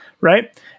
right